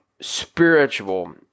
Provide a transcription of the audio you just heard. spiritual